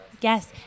Yes